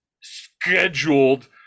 scheduled